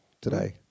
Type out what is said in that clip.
today